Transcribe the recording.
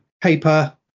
paper